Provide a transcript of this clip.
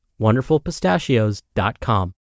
WonderfulPistachios.com